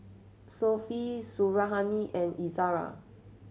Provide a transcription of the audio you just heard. Sofea Suriani and Izara